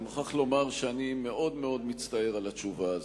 אני מוכרח לומר שאני מאוד מאוד מצטער על התשובה הזו.